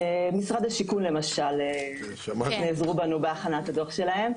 משרד השיכון, למשל, נעזרו בנו בהכנת הדוח שלהם.